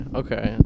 okay